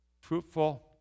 fruitful